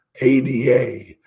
ADA